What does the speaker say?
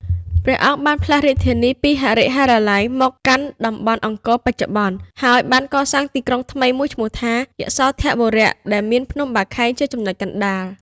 ព្រះអង្គបានផ្លាស់រាជធានីពីហរិហរាល័យ មកកាន់តំបន់អង្គរបច្ចុប្បន្ន ហើយបានកសាងទីក្រុងថ្មីមួយឈ្មោះថា យសោធរបុរៈ ដែលមានភ្នំបាខែងជាចំណុចកណ្ដាល។